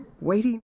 waiting